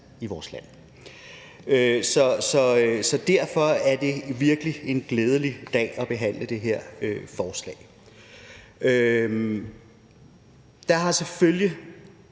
i vores land. Så derfor er det virkelig en glædelig dag, når vi nu behandler det her forslag. Der har selvfølgelig